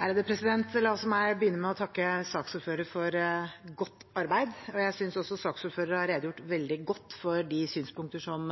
La også meg begynne med å takke saksordføreren for godt arbeid. Jeg synes også saksordføreren har redegjort veldig godt for de synspunkter som